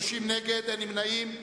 30 נגד, אין נמנעים.